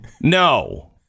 no